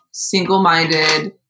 single-minded